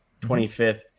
25th